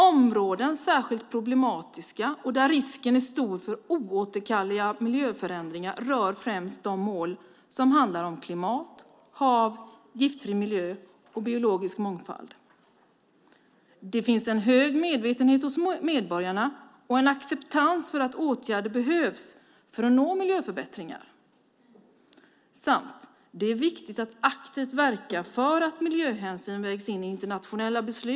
Områden som är särskilt problematiska och där risken är stor för oåterkalleliga miljöförändringar rör främst de mål som handlar om klimat, hav, giftfri miljö och biologisk mångfald. Vidare står det att det finns en hög medvetenhet hos medborgarna och en acceptans för att åtgärder behövs för att nå miljöförbättringar samt att det är viktigt att aktivt verka för att miljöhänsyn vägs in i internationella beslut.